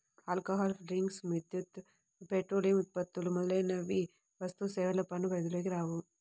alcohol drinks, విద్యుత్, petroleum ఉత్పత్తులు మొదలైనవి వస్తుసేవల పన్ను పరిధిలోకి రావు